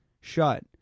shut